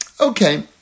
Okay